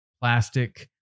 plastic